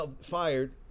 fired